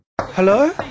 Hello